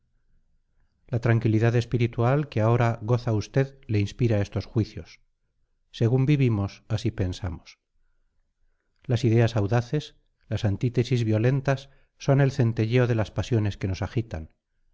la tranquilidad espiritual que ahora goza usted le inspira estos juicios según vivimos así pensamos las ideas audaces las antítesis violentas son el centelleo de las pasiones que nos agitan